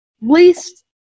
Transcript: least